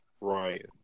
Right